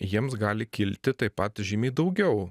jiems gali kilti taip pat žymiai daugiau